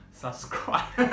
subscribe, (